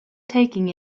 taking